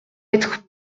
être